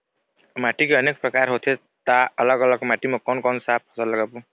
माटी के अनेक प्रकार होथे ता अलग अलग माटी मा कोन कौन सा फसल लगाबो?